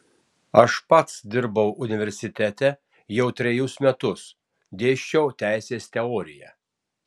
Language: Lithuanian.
aš pats dirbau universitete jau trejus metus dėsčiau teisės teoriją